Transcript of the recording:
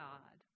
God